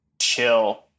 chill